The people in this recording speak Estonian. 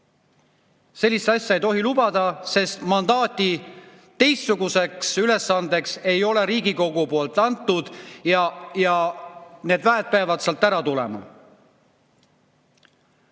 Sellist asja ei tohi lubada, sest mandaati teistsuguseks ülesandeks ei ole Riigikogu andnud. Need [sõdurid] peavad sealt ära tulema.